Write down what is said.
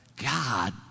God